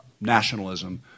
nationalism